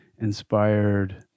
inspired